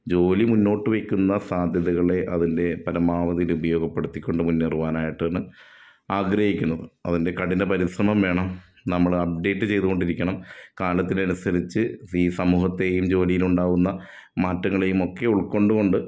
ജോലി മുന്നോട്ട് വെയ്ക്കുന്ന സാധ്യതകളെ അതിൻ്റെ പരമാവധിയിൽ ഉപയോഗപ്പെടുത്തിക്കൊണ്ട് മുന്നേറുവാനായിട്ടാണ് ആഗ്രഹിക്കുന്നത് അതിൻ്റെ കഠിനപരിശ്രമം വേണം നമ്മൾ അപ്ഡേറ്റ് ചെയ്തോണ്ടിരിക്കണം കാലത്തിനനുസരിച്ച് ഈ സമൂഹത്തെയും ജോലിയിലുണ്ടാവുന്ന മാറ്റങ്ങളേം ഒക്കെ ഉൾക്കൊണ്ടുകൊണ്ട്